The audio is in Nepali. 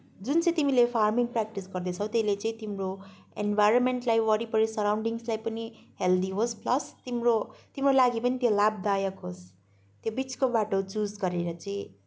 जुन चाहिँ तिमीले फार्मिङ प्र्याक्टिस गर्दैछौँ त्यसले चाहिँ तिम्रो इन्भाइरोमेन्टलाई वरिपरि सराउन्डिङ्सलाई पनि हेल्दी होस् प्लस तिम्रो तिम्रो लागि पनि त्यो लाभदायक होस् त्यो बिचको बाटो चुज गरेर चाहिँ